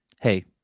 hey